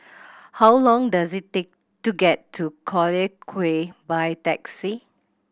how long does it take to get to Collyer Quay by taxi